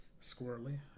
squirrely